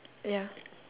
ya